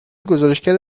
گزارشگر